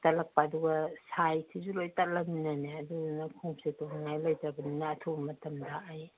ꯇꯠꯂꯛꯄ ꯑꯗꯨꯒ ꯁꯥꯏꯖꯁꯤꯁꯨ ꯂꯣꯏ ꯇꯠꯂꯃꯤꯅꯅꯦ ꯑꯗꯨꯗꯨꯅ ꯈꯣꯡꯎꯞꯁꯦ ꯇꯣꯡꯅꯤꯡꯉꯥꯏ ꯂꯩꯇ꯭ꯔꯕꯅꯤꯅ ꯑꯊꯨꯕ ꯃꯇꯝꯗ ꯑꯩ